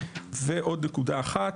ועוד נקודה אחת.